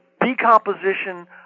decomposition